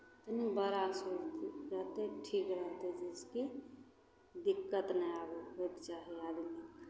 तनी बड़ासँ ओ रहतै तऽ ठीक रहतै जाहिसँकि दिक्कत नहि आबय होयके चाही आदमीके